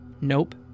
Nope